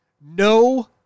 No